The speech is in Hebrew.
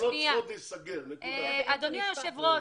אדוני היושב-ראש,